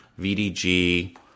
VDG